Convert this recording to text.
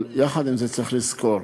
אבל יחד עם זה צריך לזכור,